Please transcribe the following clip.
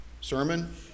sermon